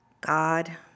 God